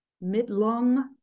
mid-long